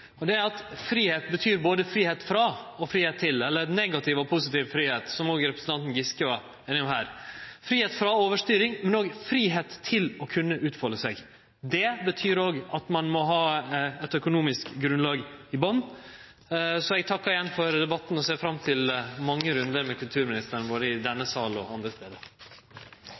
betyr både fridom frå og fridom til, eller negativ og positiv fridom, som òg representanten Giske var innom her. Fridom frå overstyring, men òg fridom til å kunne utfalde seg. Det betyr òg at ein må ha eit økonomisk grunnlag i botn. Eg takkar igjen for debatten, og ser fram til mange rundar med kulturministeren vår i denne salen og